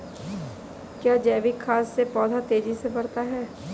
क्या जैविक खाद से पौधा तेजी से बढ़ता है?